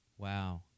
Wow